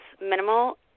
minimal